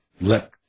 let